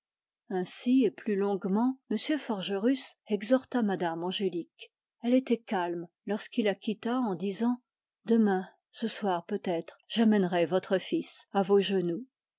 ainsi et plus longuement m forgerus exhorta m me angélique elle était calme lorsqu'il la quitta en disant demain ce soir peut-être j'amènerai votre fils à vos genoux